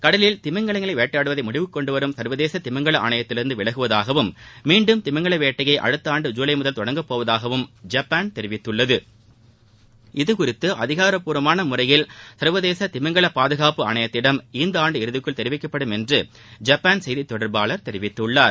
கடலில் திமிலங்களை வேட்டையாடுவதை முடிவுக்குக் கொண்டு வரும் சா்வதேச திமிங்கள ஆணையத்திலிருந்து விலகுவதாகவும் மீண்டும் திமிங்கள் வேட்டையை அடுத்த ஆண்டு ஜுலை முதல் தொடங்க போவதாகவும் ஐப்பான் கூறியிருக்கிறது இது குறித்து அதிகாரப்பூர்வமான முறையில் சர்வதேச திமிங்கல பாதுகாப்பு ஆணையத்திடம் இந்தாண்டு இறுதிக்குள் தெரிவிக்கப்படும் என்று ஜப்பான் செய்தி தொடர்பாளர் தெரிவித்திருக்கிறார்